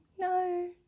no